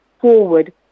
forward